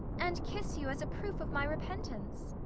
and kiss you as a proof of my repentance.